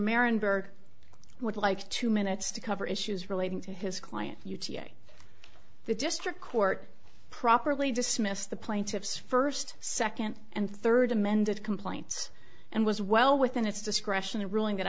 marron berg would like two minutes to cover issues relating to his client the district court properly dismissed the plaintiff's first second and third amended complaints and was well within its discretion a ruling that